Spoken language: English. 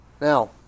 Now